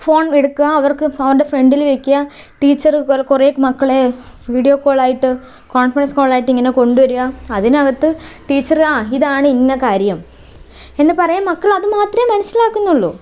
phone എടുക്കുക അവർക്ക് അവരുടെ ഫ്രണ്ടിൽ വയ്ക്കുക ടീച്ചർ കുറെ മക്കളെ വീഡിയോ കോളായിട്ടു കോൺഫ്രൻസ് കോളായിട്ട് ഇങ്ങനെ കൊണ്ടുവരിക അതിനകത്ത് ടീച്ചർ ഇതാണ് ഇന്ന കാര്യം എന്ന് പറയുക മക്കൾ അതു മാത്രമെ മനസ്സിലാക്കുന്നുള്ളൂ